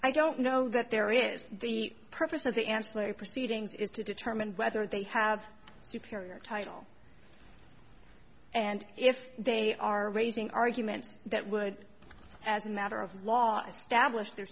i don't know that there is the purpose of the ancillary proceedings is to determine whether they have superior title and if they are raising arguments that would as a matter of law establish their